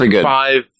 five